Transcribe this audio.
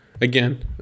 Again